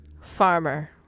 Farmer